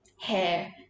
hair